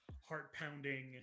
heart-pounding